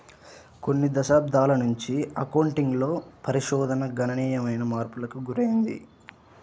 కొన్ని దశాబ్దాల నుంచి అకౌంటింగ్ లో పరిశోధన గణనీయమైన మార్పులకు గురైంది